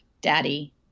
Daddy